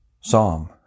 Psalm